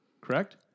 correct